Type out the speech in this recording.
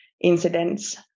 incidents